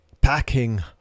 packing